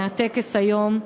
מהטקס היום,